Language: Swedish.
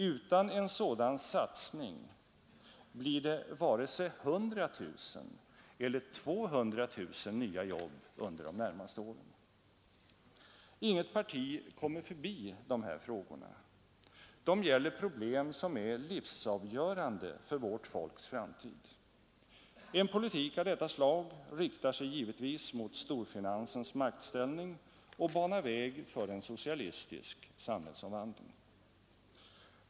Utan en sådan satsning blir det varken 100 000 eller 200 000 nya jobb under de närmaste åren. Inget parti kommer förbi dessa frågor. De gäller problem som är livsavgörande för vårt folks framtid. En politik av detta slag riktar sig givetvis mot storfinansens maktställning och banar väg för en socialistisk samhällsomvandling.